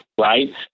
right